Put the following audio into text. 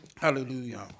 Hallelujah